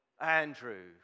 Andrew